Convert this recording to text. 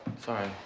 sorry.